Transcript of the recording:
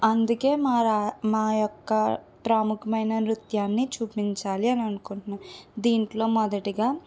అందుకే మా రా మా యొక్క ప్రముఖమైన నృత్యాన్ని చూపించాలి అని అనుకుంటున్నాను దీంట్లో మొదటిగా